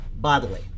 bodily